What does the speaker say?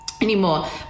anymore